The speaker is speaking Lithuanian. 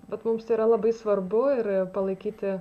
bet mums tai yra labai svarbu ir palaikyti